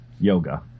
yoga